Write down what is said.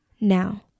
Now